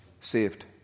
saved